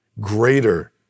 greater